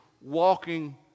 walking